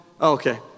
Okay